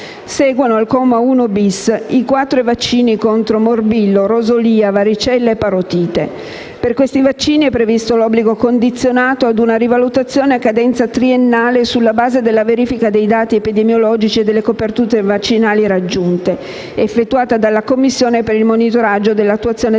Seguono, al comma 1-*bis,* i quattro vaccini contro morbillo, rosolia, varicella e parotite. Per questi vaccini è previsto l'obbligo condizionato a una rivalutazione a cadenza triennale sulla base della verifica dei dati epidemiologici e delle coperture vaccinali raggiunte, effettuata dalla commissione di monitoraggio del decreto del